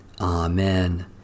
Amen